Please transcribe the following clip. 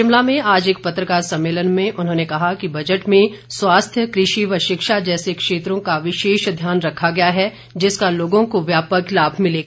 शिमला में आज एक पत्रकार सम्मेलन में उन्होंने कहा कि बजट में स्वास्थ्य कृषि व शिक्षा जैसे क्षेत्रों का विशेष ध्यान रखा गया है जिसका लोगों को व्यापक लाभ मिलेगा